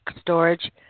storage